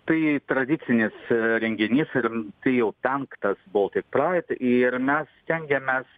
tai tradicinis renginys ir tai jau penktas boltik praid ir mes stengiamės